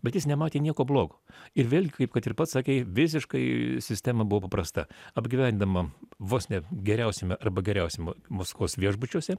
bet jis nematė nieko blogo ir vėl kaip kad ir pats sakei visiškai sistema buvo paprasta apgyvendama vos ne geriausiame arba geriausiam maskvos viešbučiuose